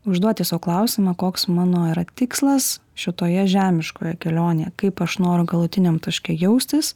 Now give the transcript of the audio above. užduoti sau klausimą koks mano yra tikslas šitoje žemiškoje kelionėje kaip aš noriu galutiniam taške jaustis